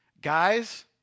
Guys